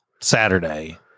Saturday